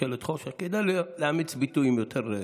"ממשלת חושך" כדאי לאמץ ביטויים יותר,